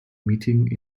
meeting